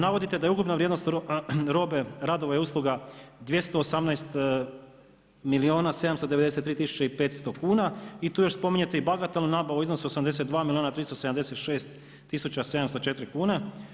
Navodite da je ukupna vrijednost robe, radova i usluga 218 milijuna 793 tisuće i 500 kuna i tu još spominjete i bagatalnu nabavu u iznosu od 82 milijuna 376 tisuća 708 kune.